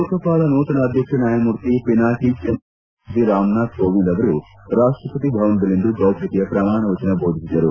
ಲೋಕಪಾಲ ನೂತನ ಅಧ್ಯಕ್ಷ ನ್ಯಾಯಮೂರ್ತಿ ಪಿನಾಕಿ ಚಂದ್ರಫೋಷ್ ಅವರಿಗೆ ರಾಷ್ಷಪತಿ ರಾಮನಾಥ್ ಕೋವಿಂದ್ ಅವರು ರಾಷ್ಷಪತಿ ಭವನದಲ್ಲಿಂದು ಗೌಪ್ನತೆಯ ಪ್ರಮಾಣ ವಚನ ದೋಧಿಸಿದರು